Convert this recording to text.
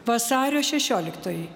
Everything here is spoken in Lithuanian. vasario šešioliktoji